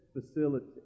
facility